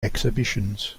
exhibitions